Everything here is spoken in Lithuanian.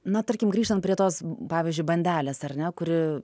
na tarkim grįžtant prie tos pavyzdžiui bandelės ar ne kuri